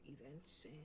events